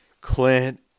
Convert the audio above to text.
Clint